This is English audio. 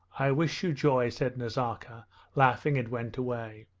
i wish you joy said nazarka laughing, and went away.